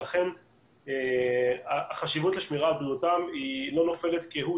ולכן החשיבות לשמירה על בריאותם לא נופלת כהוא